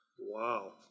Wow